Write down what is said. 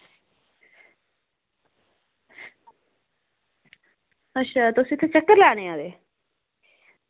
अच्छा तुस इत्थै चक्कर लाने ई आए दे